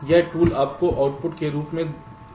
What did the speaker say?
यह टूल आपको आउटपुट के रूप में क्या देगा